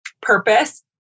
purpose